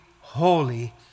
holy